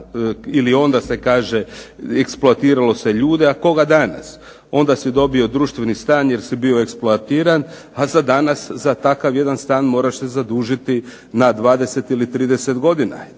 ili onda se kaže eksploatiralo se ljude a koga danas. Onda si dobio društveni stan jer si bio eksploatiran a danas za takav jedan stan moraš se zadužiti na 20 ili 30 godina